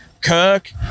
Kirk